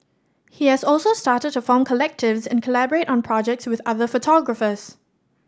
he has also started to form collectives and collaborate on projects with other photographers